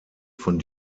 von